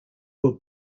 were